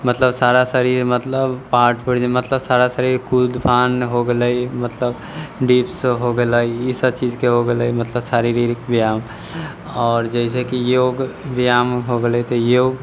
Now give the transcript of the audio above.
मतलब सारा शरीर मतलब पार्ट पुरजा मतलब सारा शरीर कूदफान हो गेलै मतलब डिप्स हो गेलै ईसब चीजके हो गेलै मतलब शारीरिक व्यायाम आओर जइसे कि योग व्यायाम हो गेलै तऽ योग